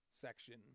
section